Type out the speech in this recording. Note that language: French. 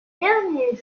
derniers